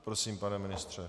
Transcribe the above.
Prosím, pane ministře.